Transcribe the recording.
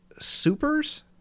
Super's